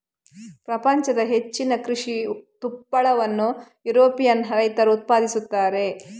ಪ್ರಪಂಚದ ಹೆಚ್ಚಿನ ಕೃಷಿ ತುಪ್ಪಳವನ್ನು ಯುರೋಪಿಯನ್ ರೈತರು ಉತ್ಪಾದಿಸುತ್ತಾರೆ